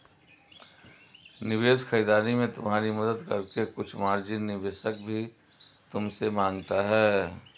निवेश खरीदारी में तुम्हारी मदद करके कुछ मार्जिन निवेशक भी तुमसे माँगता है